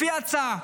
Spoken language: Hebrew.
לפי ההצעה,